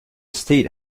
state